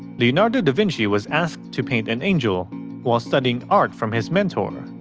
leonardo da vinci was asked to paint an angel while studying art from his mentor,